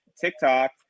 TikTok